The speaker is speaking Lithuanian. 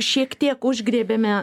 šiek tiek užgriebėme